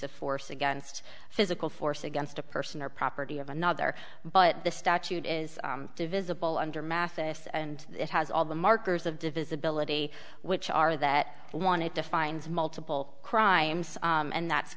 of force against physical force against a person or property of another but the statute is divisible under mathes and it has all the markers of divisibility which are that one it defines multiple crimes and that's